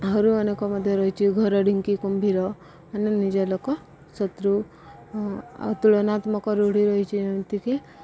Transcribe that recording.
ଆହୁରି ଅନେକ ମଧ୍ୟ ରହିଛି ଘର ଢିଙ୍କି କୁମ୍ଭୀର ମାନେ ନିଜ ଲୋକ ଶତ୍ରୁ ଆଉ ତୁଳନାତ୍ମକ ରୂଢ଼ି ରହିଛି ଯେମିତିକି